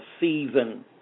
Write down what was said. season